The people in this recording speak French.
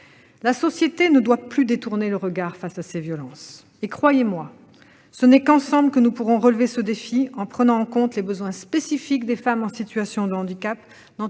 La société ne doit plus détourner le regard de ces violences. Croyez-moi, ce n'est qu'ensemble que nous pourrons relever ce défi, en prenant en compte les besoins spécifiques des femmes en situation de handicap,